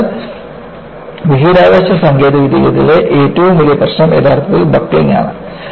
അതിനാൽ ബഹിരാകാശ സാങ്കേതികവിദ്യയിലെ ഏറ്റവും വലിയ പ്രശ്നം യഥാർത്ഥത്തിൽ ബക്ക്ലിംഗ് ആണ്